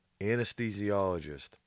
Anesthesiologist